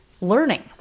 learning